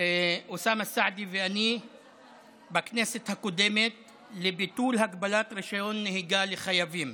אוסאמה סעדי ואני בכנסת הקודמת לביטול הגבלת רישיון נהיגה לחייבים.